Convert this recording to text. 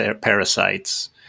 parasites